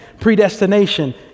predestination